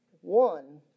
One